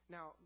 Now